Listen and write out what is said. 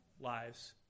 lives